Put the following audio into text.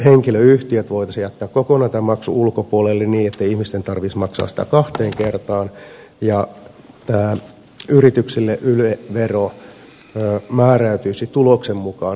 henkilöyhtiöt voitaisiin jättää kokonaan tämän maksun ulkopuolelle niin ettei ihmisten tarvitsisi maksaa sitä kahteen kertaan ja yrityksille yle vero määräytyisi tuloksen mukaan eikä liikevaihdon mukaan